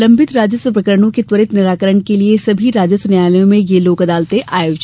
लंबित राजस्व प्रकरणों के त्वरित निराकरण के लिए सभी राजस्व न्यायालयों में यह लोक अदालतें आयोजित की गई थीं